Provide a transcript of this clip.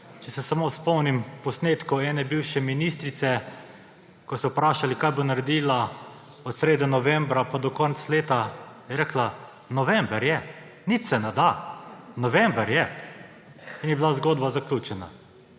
Če se samo spomnim posnetkov ene bivše ministrice, ko so vprašali, kaj bo naredila od srede novembra pa do konca leta, je rekla: »November je, nič se ne da. November je.« In je bila zgodba zaključena.